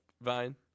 vine